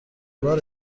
بار